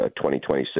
2026